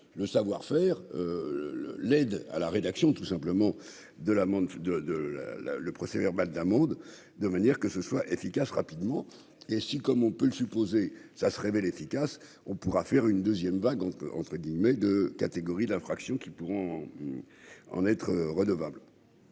le savoir-faire, l'aide à la rédaction tout simplement de l'amende de de la la le procès verbal d'un mode de manière que ce soit efficace rapidement et si comme on peut le supposer, ça se révèle efficace, on pourra faire une deuxième vague entre guillemets de catégorie d'infractions qui pourront en être redevable.